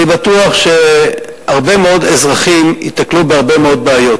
אני בטוח שהרבה מאוד אזרחים ייתקלו בהרבה מאוד בעיות.